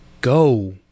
go